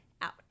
out